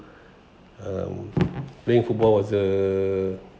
um playing football was uh